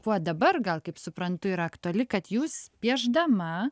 kuo dabar gal kaip suprantu yra aktuali kad jūs piešdama